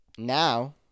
Now